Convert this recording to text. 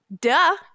duh